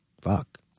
fuck